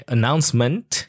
Announcement